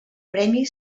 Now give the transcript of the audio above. premi